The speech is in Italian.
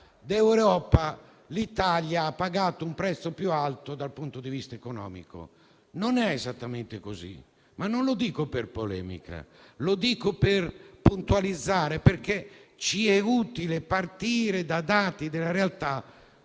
d'Europa, l'Italia avrebbe pagato un prezzo più alto dal punto di vista economico. Non è esattamente così e non lo dico per polemica, ma per puntualizzare, perché ci è utile partire da dati della realtà concreta,